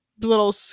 little